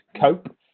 cope